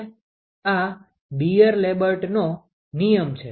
આ બીઅર લેમ્બર્ટનો નિયમBeer Lambert's law છે